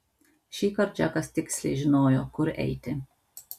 šįkart džekas tiksliai žinojo kur eiti